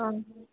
ꯑꯥ